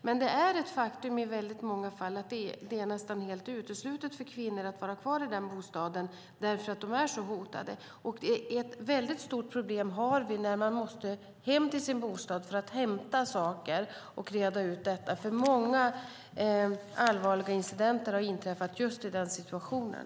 Men det är ett faktum att i många fall är det nästan uteslutet för kvinnor att vara kvar i bostaden därför att de är så hotade. Ett stort problem har vi när man måste hem till sin bostad för att hämta och reda ut saker. Många allvarliga incidenter har inträffat just i den situationen.